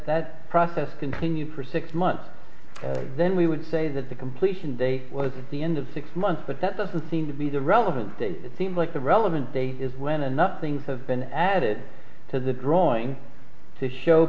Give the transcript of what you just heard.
that process continued for six months then we would say that the completion date was at the end of six months but that doesn't seem to be the relevant it seems like the relevant data is when enough things have been added to the drawing to show